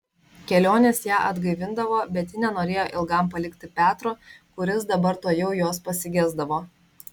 kelionės ją atgaivindavo bet ji nenorėjo ilgam palikti petro kuris dabar tuojau jos pasigesdavo